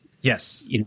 Yes